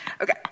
Okay